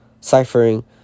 ciphering